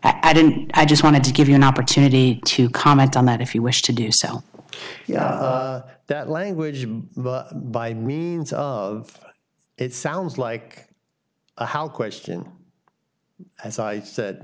and i just wanted to give you an opportunity to comment on that if you wish to do so that language by means of it sounds like a how question as i said